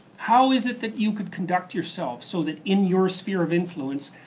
how is it that you can conduct yourself so that in your sphere of influence,